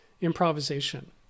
improvisation